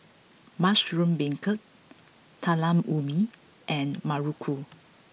Mushroom Beancurd Talam Ubi and Muruku